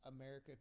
America